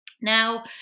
Now